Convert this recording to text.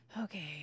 Okay